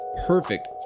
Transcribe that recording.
perfect